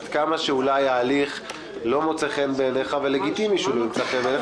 עד כמה שההליך לא מוצא בעיניך ולגיטימי שהוא לא ימצא חן בעיניך,